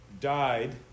died